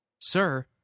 Sir